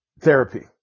therapy